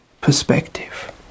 perspective